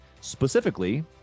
specifically